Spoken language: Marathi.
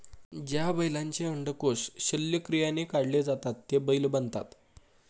ज्या बैलांचे अंडकोष शल्यक्रियाने काढले जातात ते बैल बनतात